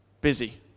Busy